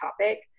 topic